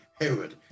Herod